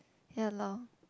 ya loh